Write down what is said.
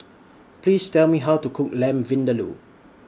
Please Tell Me How to Cook Lamb Vindaloo